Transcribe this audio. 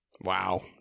Wow